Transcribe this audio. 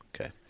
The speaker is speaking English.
Okay